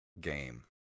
game